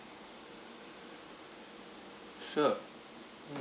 sure mm